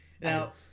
Now